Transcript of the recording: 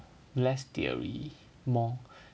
less theory more